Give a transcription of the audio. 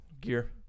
gear